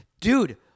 Dude